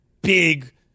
Big